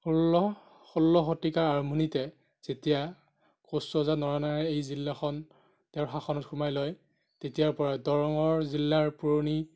ষোল্ল ষোল্ল শতিকাৰ আৰম্ভণিতে যেতিয়া কোচ ৰজা নৰনাৰায়ণে এই জিলাখন তেওঁৰ শাসনত সোমাই লয় তেতিয়াৰ পৰাই দৰঙৰ জিলাৰ পুৰণি